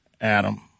Adam